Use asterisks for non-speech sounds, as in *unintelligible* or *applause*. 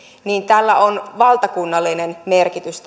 niin tällä lentoasemalla on valtakunnallinen merkitys *unintelligible*